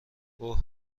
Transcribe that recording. اوه